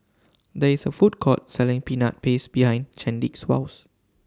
There IS A Food Court Selling Peanut Paste behind Chadwick's House